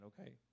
Okay